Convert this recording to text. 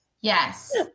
Yes